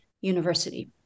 University